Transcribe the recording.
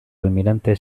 almirante